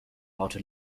baute